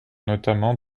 notamment